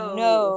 no